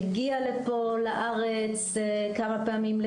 הגיע לפה לארץ כמה פעמים,